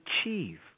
achieve